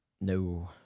no